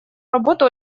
работу